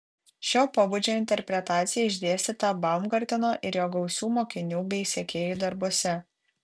šio pobūdžio interpretacija išdėstyta baumgarteno ir jo gausių mokinių bei sekėjų darbuose